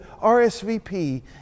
RSVP